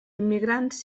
immigrants